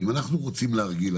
אם אנחנו רוצים להרגיל,